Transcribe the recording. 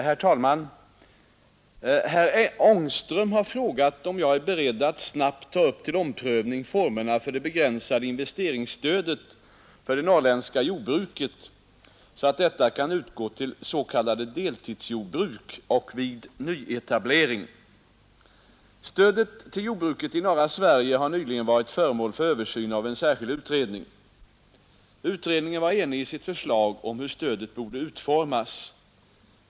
Herr talman! Herr Angström har frågat om jag är beredd att snabbt ta upp till omprövning formerna för det begränsade investeringsstödet för det norrändska jordbruket. så att detta kan utgå till s.k. deltidsiordbruk och vid nyetablering. Stödet till jordbruket i norra Sverige har nyligen varit föremål för översyn av en särskild utredning. Utredningen var enig i sitt förslag om hur stödet borde utformas.